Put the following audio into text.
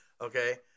Okay